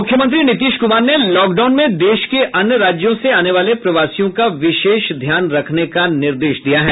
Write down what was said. मुख्यमंत्री नीतीश कुमार ने लॉकडाउन में देश के अन्य राज्यों से आने वाले प्रवासियों का विशेष ध्यान रखने का निर्देश दिया है